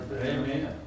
Amen